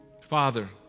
Father